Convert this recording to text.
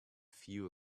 fuel